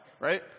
right